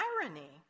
irony